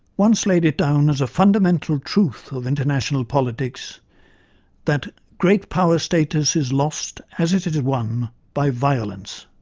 once laid it down as a fundamental truth of international politics that, great power status is lost, as it it is won, by violence.